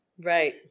Right